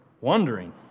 wondering